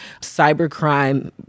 cybercrime